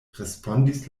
respondis